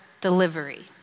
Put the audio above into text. Delivery